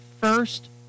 first